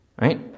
right